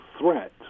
threat